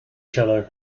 cello